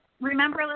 remember